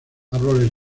árboles